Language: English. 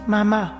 Mama